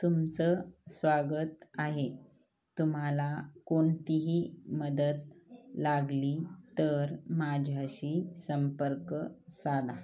तुमचं स्वागत आहे तुम्हाला कोणतीही मदत लागली तर माझ्याशी संपर्क साधा